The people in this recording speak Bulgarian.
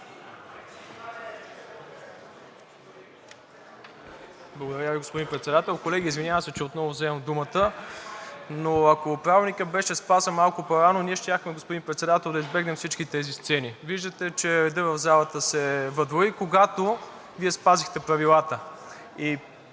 Благодаря Ви, господин Председател. Колеги, извинявам се, че отново вземам думата, но ако Правилникът беше спазен малко по-рано, ние щяхме, господин Председател, да избегнем всички тези сцени. Виждате, че редът в залата се въдвори, когато Вие спазихте правилата.